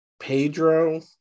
Pedro